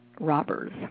robbers